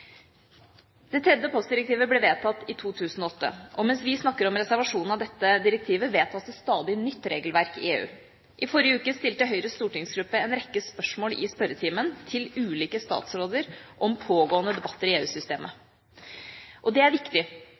Det tredje postdirektivet ble vedtatt i 2008. Mens vi snakker om reservasjonen av dette direktivet, vedtas det stadig nytt regelverk i EU. I forrige uke stilte Høyres stortingsgruppe en rekke spørsmål i spørretimen til ulike statsråder om pågående debatter i EU-systemet. Det er viktig,